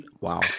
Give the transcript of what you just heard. Wow